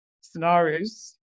scenarios